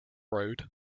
road